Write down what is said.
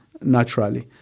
naturally